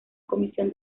comisión